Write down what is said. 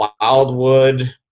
Wildwood